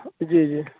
جی جی